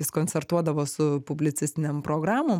jis koncertuodavo su publicistinėm programom